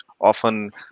often